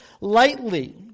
lightly